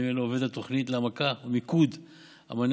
עובד על תוכנית להעמקה ומיקוד של המענה